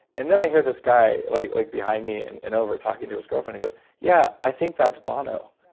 and then i hear this guy like like behind me and and over talking to his girlfriend. he goes, yeah, i think that's bono.